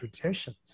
traditions